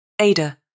Ada